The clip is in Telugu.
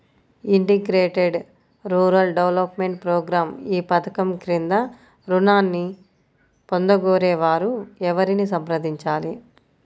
ఇంటిగ్రేటెడ్ రూరల్ డెవలప్మెంట్ ప్రోగ్రాం ఈ పధకం క్రింద ఋణాన్ని పొందగోరే వారు ఎవరిని సంప్రదించాలి?